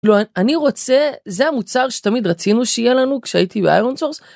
לא אני רוצה זה המוצר שתמיד רצינו שיהיה לנו כשהייתי באיירון סורס.